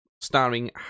starring